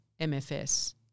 MFS